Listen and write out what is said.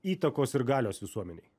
įtakos ir galios visuomenei